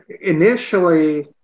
Initially